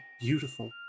beautiful